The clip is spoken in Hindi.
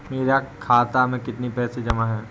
मेरे खाता में कितनी पैसे जमा हैं?